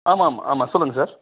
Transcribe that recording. ஆமாம் ஆமாம் ஆமாம் சொல்லுங்கள் சார்